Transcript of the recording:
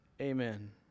Amen